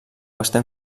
estem